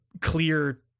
clear